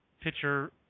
pitcher